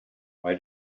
why